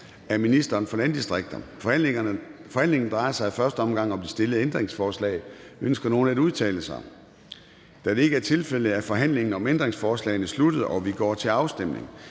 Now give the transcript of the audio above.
Formanden (Søren Gade): Forhandlingen drejer sig i første omgang om det stillede ændringsforslag. Ønsker nogen at udtale sig? Da det ikke er tilfældet, er forhandlingen om ændringsforslaget sluttet, og vi går til afstemning.